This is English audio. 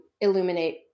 illuminate